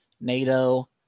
Nato